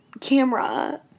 camera